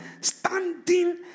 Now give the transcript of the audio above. standing